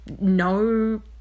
no